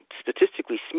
statistically